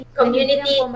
community